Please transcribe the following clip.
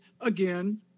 again